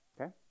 okay